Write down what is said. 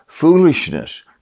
foolishness